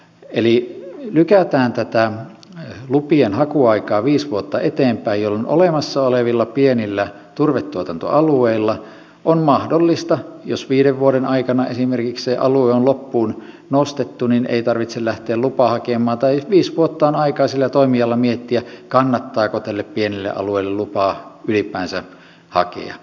eli lykätään tätä lupien hakuaikaa viisi vuotta eteenpäin jolloin on mahdollista että olemassa oleville pienille turvetuotantoalueille jos viiden vuoden aikana esimerkiksi se alue on loppuun nostettu ei tarvitse lähteä lupaa hakemaan tai viisi vuotta on aikaa sillä toimijalla miettiä kannattaako tälle pienelle alueelle lupaa ylipäänsä hakea